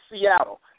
Seattle